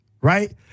Right